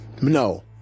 no